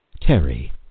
Terry